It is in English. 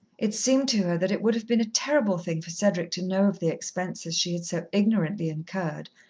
it seemed to her that it would have been a terrible thing for cedric to know of the expenses she had so ignorantly incurred,